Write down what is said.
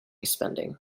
spending